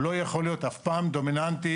שלא יכול אף פעם להיות דומיננטי,